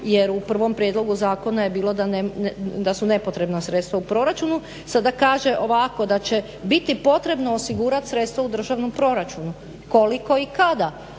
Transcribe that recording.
jer u prvom prijedlogu zakona je bilo da su nepotrebna sredstva u proračunu. Sada kaže ovako: "Da će biti potrebno osigurati sredstva u državnom proračun." Koliko i kada